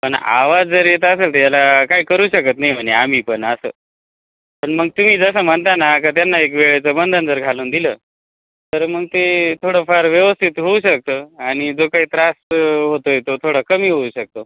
पण आवाज जर येत असेल तर याला काय करू शकत नाही म्हणे आम्ही पण असं पण मग तुम्ही जसं म्हणता ना का त्यांना एक वेळेचं बंधन जर घालून दिलं तर मग ते थोडंफार व्यवस्थित होऊ शकतं आणि जो काही त्रास होतो आहे तो थोडा कमी होऊ शकतो